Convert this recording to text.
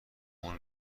اون